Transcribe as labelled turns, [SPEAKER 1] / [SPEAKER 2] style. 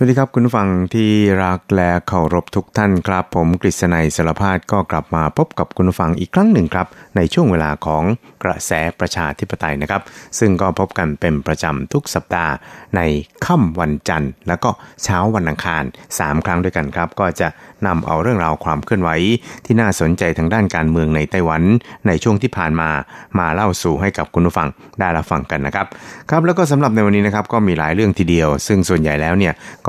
[SPEAKER 1] สวัสดีครับ คุณผู้ฟังที่รักและเคารพทุกท่านครับ ผมกฤษณัยสารพาด ก็กลับมาพบกับคุณผู้ฟังอีกครั้งหนึ่งครับ ในช่วงเวลาของกระแสประชาธิปไตยนะครับ ซึ่งก็พบกันเป็นประจำทุกสัปดาห์ในค่ำวันจันทร์ แล้วก็เช้าวันอังคาร สามครั้งด้วยกันครับ ก็จะนำเอาเรื่องราวความเคลื่อนไหวที่น่าสนใจทางด้านการเมืองในไต้หวัน ในช่วงที่ผ่านมา มาเล่าสู่ให้กับคุณผู้ฟังได้รับฟังกันนะครับ ครับ แล้วก็สำหรับในวันนี้นะครับ ก็มีหลายเรื่องทีเดียว ซึ่งส่วนใหญ่แล้วเนี่ย